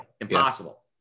Impossible